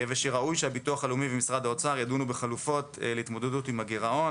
ושראוי שהביטוח הלאומי ומשרד האוצר ידונו בחלופות להתמודדות עם הגרעון,